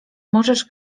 możesz